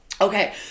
Okay